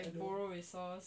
borrow resource